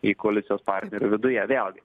į koalicijos partnerių viduje vėlgi